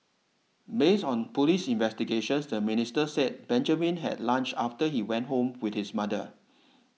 based on police investigations the minister said Benjamin had lunch after he went home with his mother